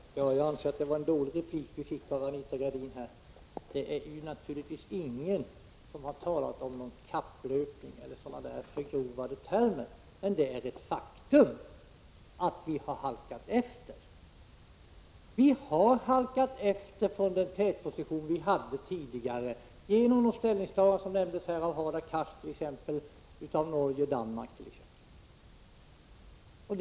Herr talman! Jag anser att det var en dålig replik vi här fick av Anita Gradin. Det är naturligtvis ingen som har talat om någon kapplöpning eller använt liknande förgrovade termer. Men det är ett faktum att vi har halkat efter. Vi har halkat efter från den tätposition vi hade tidigare, t.ex. genom de ställningstaganden som Norge och Danmark gjort, vilket Hadar Cars nämnde.